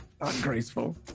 ungraceful